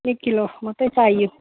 एक किलो मात्रै चाहियो